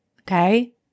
okay